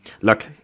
Look